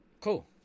cool